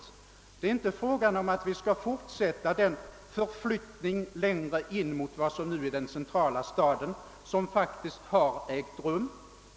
Och det är inte heller fråga om att vi skall fortsätta den flyttning längre in mot vad som nu är den centrala staden som faktiskt har ägt rum.